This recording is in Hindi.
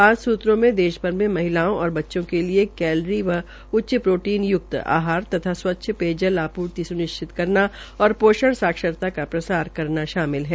पांच सूत्रों में देश भर में महिलाओं और बच्चों के लिए कैलरी व उच्च प्रोटीन य्क्त आहार तथा स्वच्छ पेयजल आपूर्ति सुनिश्चित करना और पोषण साक्षरता का प्रसार करना शामिल है